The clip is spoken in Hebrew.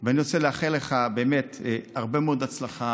ואני רוצה לאחל לך הרבה מאוד הצלחה,